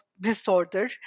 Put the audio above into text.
disorder